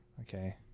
Okay